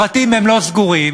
הפרטים לא סגורים,